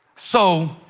so,